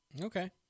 Okay